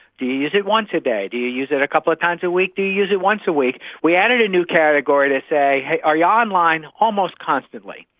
do you use it once a day, do you use it a couple of times a week, do you use it once a week? we added a new category to say are you online almost constantly?